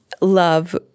love